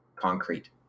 concrete